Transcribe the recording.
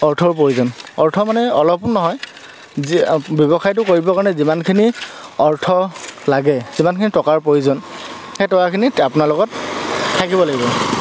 অৰ্থৰো প্ৰয়োজন অৰ্থ মানে অলপো নহয় যি ব্যৱসায়টো কৰিবৰ কাৰণে যিমানখিনি অৰ্থ লাগে যিমানখিনি টকাৰ প্ৰয়োজন সেই টকাখিনি আপোনালো লগত থাকিব লাগিব